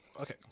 Okay